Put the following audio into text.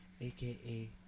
aka